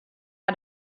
had